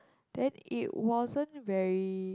then it wasn't very